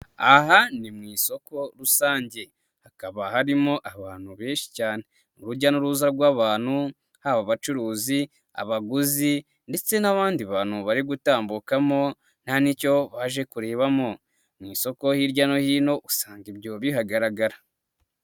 Aha ni mu isoko rusange, hakaba harimo abantu benshi cyane, urujya n'uruza rw'abantu, haba bacuruzi, abaguzi ndetse n'abandi bantu bari gutambukamo nta n'icyo baje kurebamo, mu isoko hirya no hino, usanga ibyo bihagaragara.